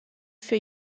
für